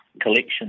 collection